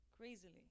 crazily